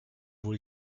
wohl